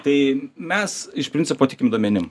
tai mes iš principo tikim duomenim